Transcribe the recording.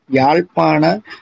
yalpana